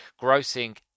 grossing